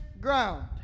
ground